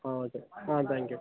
ஆ okay ஆ thank you